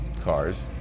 cars